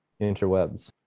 interwebs